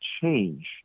change